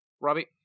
Robbie